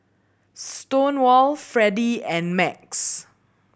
Stonewall Freddy and Max